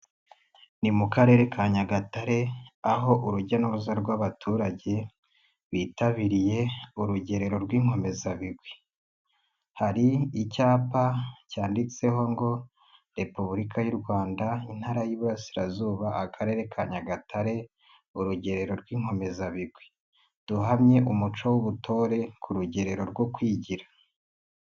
Ni mu Karere ka Nyagatare aho urujyauruza rw'abaturage bitabiriye urugerero rw'Inkomezabigwi, hari icyapa cyanditseho ngo Repubulika y'u Rwanda Intara y'Iburasirazuba Akarere ka Nyagatare rugerero rw'Inkomezabigwi, duhamye umuco w'ubutore ku rugerero rwo kwigira.